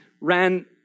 ran